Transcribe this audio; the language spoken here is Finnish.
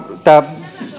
tämä